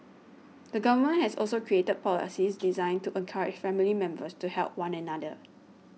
the government has also created policies designed to encourage family members to help one another